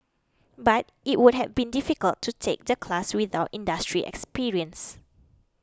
but it would have been difficult to take the class without industry experience